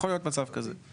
יכול להיות מצב כזה.